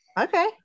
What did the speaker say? okay